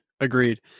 Agreed